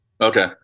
Okay